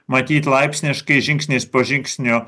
matyt laipsniškai žingsnis po žingsnio